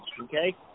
Okay